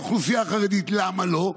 האוכלוסייה החרדית." למה לא?